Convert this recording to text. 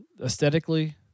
aesthetically